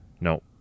No